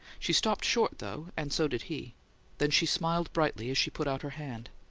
she stopped short, though and so did he then she smiled brightly as she put out her hand.